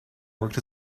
worked